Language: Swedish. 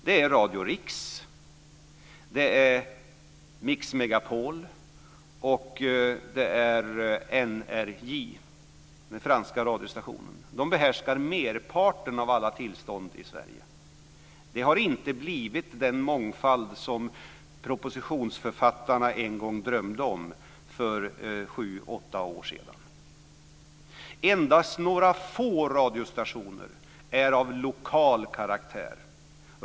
Det är Radio RIX, Mix Megapol och NRJ, den franska radiostationen, som behärskar merparten av alla tillstånd i Sverige. Det har inte blivit den mångfald som propositionsförfattarna en gång drömde om för sju åtta år sedan. Endast några få radiostationer är av lokal karaktär.